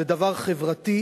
זה דבר חברתי.